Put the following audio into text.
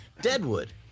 Deadwood